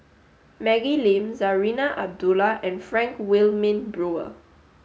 Maggie Lim Zarinah Abdullah and Frank Wilmin Brewer